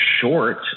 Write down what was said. short